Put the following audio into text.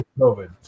COVID